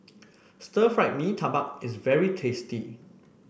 Stir Fried Mee Tai Bak is very tasty